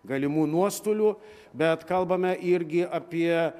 galimų nuostolių bet kalbame irgi apie